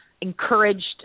encouraged